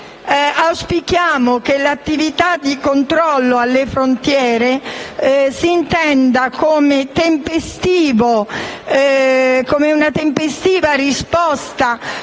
auspichiamo che l'attività di controllo alle frontiere si intenda come una tempestiva risposta